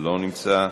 לא נמצא,